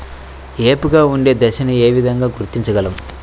ఏపుగా ఉండే దశను ఏ విధంగా గుర్తించగలం?